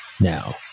now